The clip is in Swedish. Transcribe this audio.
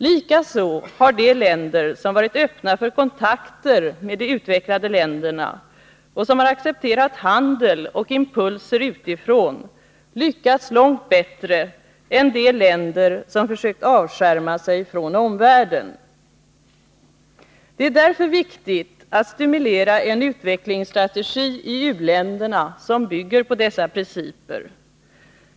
Likaså har de länder som varit öppna för kontakter med de utvecklade länderna och som har accepterat handel och impulser utifrån lyckats långt bättre än de länder som försökt avskärma sig från omvärlden. Det är därför viktigt att stimulera en utvecklingsstrategi i u-länderna som bygger på dessa principer.